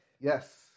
Yes